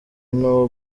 n’uwo